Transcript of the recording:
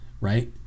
right